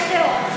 יש שתי אופציות,